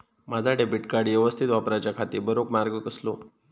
माजा debit card यवस्तीत वापराच्याखाती बरो मार्ग कसलो?